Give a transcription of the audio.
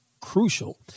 crucial